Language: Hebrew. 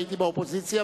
והייתי באופוזיציה,